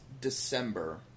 December